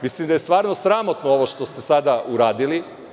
Mislim da je stvarno sramotno što ste sada uradili.